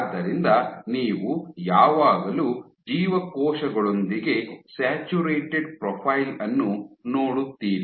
ಆದ್ದರಿಂದ ನೀವು ಯಾವಾಗಲೂ ಜೀವಕೋಶಗಳೊಂದಿಗೆ ಸ್ಯಾಚುರೇಟೆಡ್ ಪ್ರೊಫೈಲ್ ಅನ್ನು ನೋಡುತ್ತೀರಿ